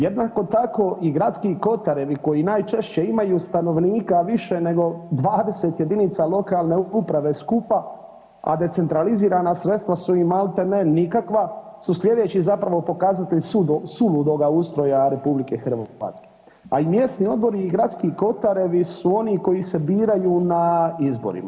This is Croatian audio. Jednako tako i gradski kotarevi koji najčešće imaju stanovnika više nego 20 jedinica lokalne uprave skupa, a decentralizirana sredstva su im maltene nikakva su sljedeći zapravo pokazatelj suludoga ustroja Republike Hrvatske, a i mjesni odbori i gradski kotarevi su oni koji se biraju na izborima.